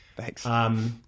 Thanks